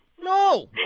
No